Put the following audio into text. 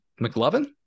McLovin